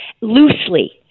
loosely